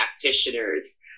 practitioners